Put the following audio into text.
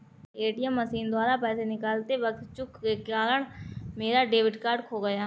कल ATM machine द्वारा पैसे निकालते वक़्त चूक के कारण मेरा डेबिट कार्ड खो गया